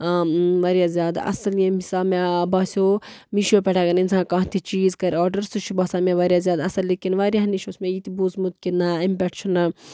وارِیاہ زیادٕ اَصٕل ییٚمہِ حِساب مےٚ باسیو میٖشو پٮ۪ٹھ اگر اِنسان کانٛہہ تہِ چیٖز کَرِ آرڈر سُہ چھُ باسان مےٚ وارِیاہ زیادٕ اَصٕل لیکِن وارِیاہن نِش اوس مےٚ یہِ تہِ بوٗزمُت کہِ نَہ اَمہِ پٮ۪ٹھ چھُ نَہ